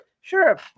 Sure